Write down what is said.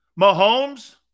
Mahomes